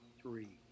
three